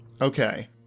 Okay